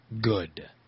good